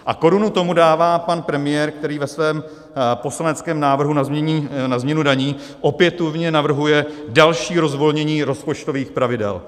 A korunu tomu dává pan premiér, který ve svém poslaneckém návrhu na změnu daní opětovně navrhuje další rozvolnění rozpočtových pravidel.